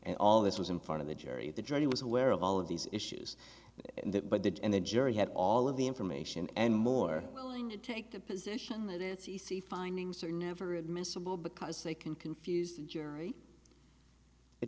and all this was in front of the jury the jury was aware of all of these issues but that and the jury had all of the information and more willing to take the position see findings are never admissible because they can confuse the jury it